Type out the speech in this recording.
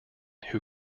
who